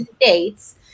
States